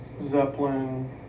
Zeppelin